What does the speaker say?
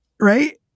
right